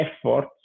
effort